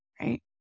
right